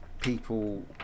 people